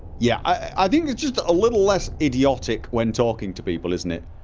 yeah, i i think it's just a little less idiotic when talking to people, isn't it?